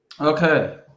Okay